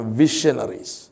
visionaries